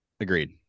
agreed